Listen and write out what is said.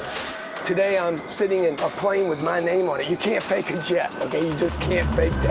today i'm sitting in a plane with my name on it. you can't fake a jet. you just can't